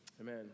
Amen